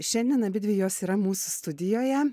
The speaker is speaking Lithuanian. šiandien abidvi jos yra mūsų studijoje